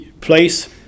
place